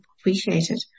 appreciated